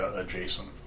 adjacent